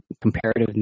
comparative